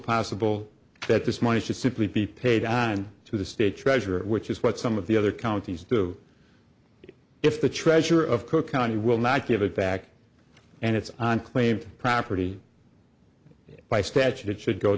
possible that this money should simply be paid on to the state treasurer which is what some of the other counties do if the treasurer of cook county will not give it back and it's unclaimed property by statute it should go